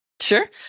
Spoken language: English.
Sure